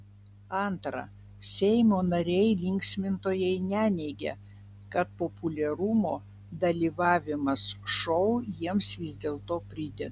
antra seimo nariai linksmintojai neneigia kad populiarumo dalyvavimas šou jiems vis dėlto prideda